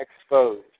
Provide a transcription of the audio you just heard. exposed